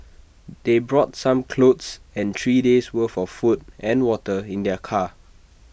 they brought some clothes and three days' worth of food and water in their car